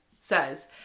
says